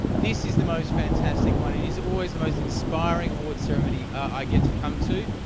this is the most fantastic one. it is always the most inspiring award ceremony i get to come to.